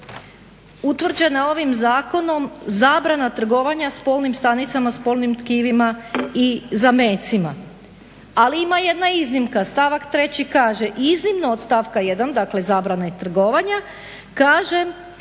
utvrđena je ovim zakonom zabrana trgovanja spolnim stanicama, spolnim tkivima i zamecima. Ali ima jedna iznimka, stavak 3. kaže iznimno od stavka 1. dakle zabrane trgovanja, kaže